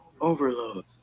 overload